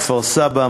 כפר-סבא,